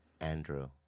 Andrew